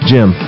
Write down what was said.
Jim